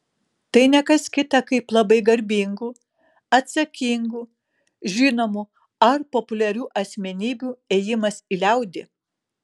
tai ne kas kita kaip labai garbingų atsakingų žinomų ar populiarių asmenybių ėjimas į liaudį